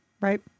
right